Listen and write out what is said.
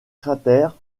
cratère